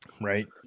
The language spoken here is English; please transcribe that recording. right